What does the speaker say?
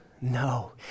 No